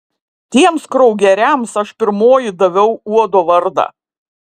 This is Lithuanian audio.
tiems kraugeriams aš pirmoji daviau uodo vardą